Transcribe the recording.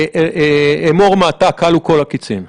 אמור מעתה: כלו כל הקיצין.